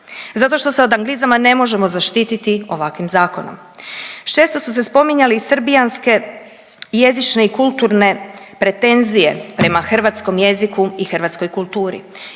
Zato što se od anglizama ne možemo zaštiti ovakvim zakonom. Često su spominjale srbijanske jezične i kulturne pretenzije prema hrvatskom jeziku i hrvatskoj kulturi